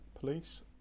police